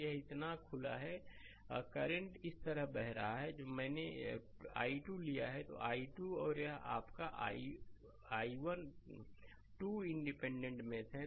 तो यह इतना खुला है करंट इस तरह बह रहा है जैसे मैंने i2 लिया है यह i2 है और यह आपका i1 2 इंडिपेंडेंट मेष है